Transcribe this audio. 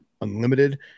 unlimited